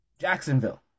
Jacksonville